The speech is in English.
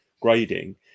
grading